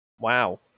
Wow